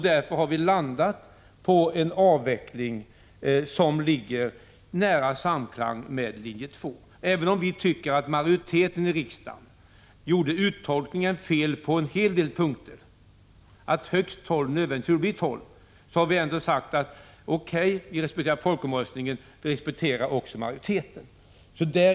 Därför har vi centerpartister stannat för en avveckling som ligger nära linje 2. Även om vi tycker att majoriteten i riksdagen gjorde uttolkningen fel på en hel del punkter —t.ex. att högst tolv nödvändigtvis skulle bli tolv — har vi sagt: O.K., vi respekterar folkomröstningens resultat, och vi respekterar också vad majoriteten anser.